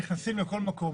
נכנסים לכל מקום,